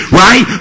right